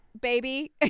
Baby